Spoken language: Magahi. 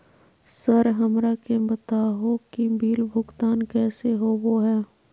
सर हमरा के बता हो कि बिल भुगतान कैसे होबो है?